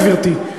גברתי,